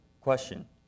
question